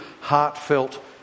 heartfelt